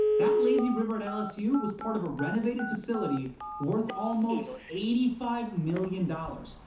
that lazy river at lsu was part of a renovated facility worth almost eighty five million dollars.